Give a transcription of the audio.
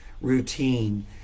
routine